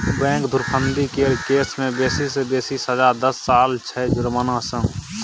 bank धुरफंदी केर case मे बेसी सँ बेसी सजा दस सालक छै जुर्माना संग